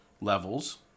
levels